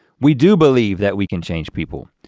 we do believe that we can change people,